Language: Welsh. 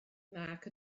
nac